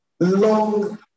long